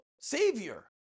Savior